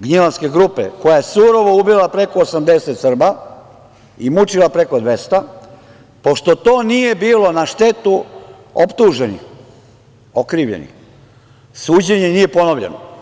Gnjilanske grupe, koja je surovo ubila preko 80 Srba i mučila preko 200, pošto to nije bilo na štetu optuženih, okrivljenih, suđenje nije ponovljeno.